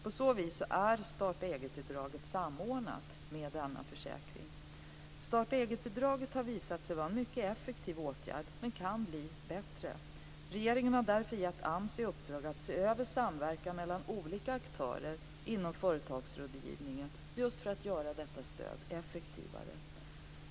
På så vis är starta-eget-bidraget samordnat med denna försäkring. Starta-eget-bidraget har visat sig vara en mycket effektiv åtgärd men kan bli bättre. Regeringen har därför gett AMS i uppdrag att se över samverkan mellan olika aktörer inom företagsrådgivningen just för att göra stödet effektivare.